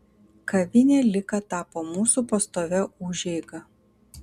kavinė lika tapo mūsų pastovia užeiga